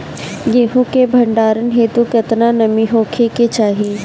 गेहूं के भंडारन हेतू कितना नमी होखे के चाहि?